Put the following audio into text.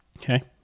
okay